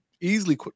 easily